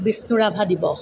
বিষ্ণুৰাভা দিৱস